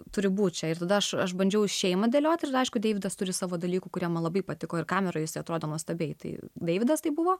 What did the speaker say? turi būt čia ir tada aš aš bandžiau šeimą dėliot ir aišku deividas turi savo dalykų kurie man labai patiko ir kameroj jis atrodo nuostabiai tai deividas tai buvo